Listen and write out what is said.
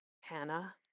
Hannah